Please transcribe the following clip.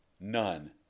None